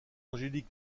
angélique